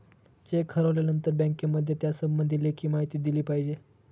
check हरवल्यानंतर बँकेमध्ये त्यासंबंधी लेखी माहिती दिली पाहिजे